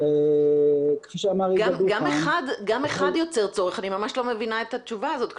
אני ממש לא מבינה את התשובה הזאת.